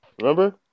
Remember